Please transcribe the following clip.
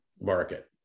market